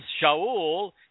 Shaul